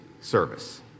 service